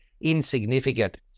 insignificant